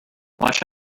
watch